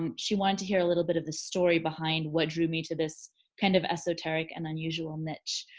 um she wanted to hear a little bit of the story behind what drew me to this kind of esoteric and unusual niche.